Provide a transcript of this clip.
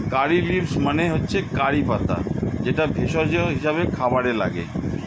কারী leaves মানে হচ্ছে কারি পাতা যেটা ভেষজ হিসেবে খাবারে লাগে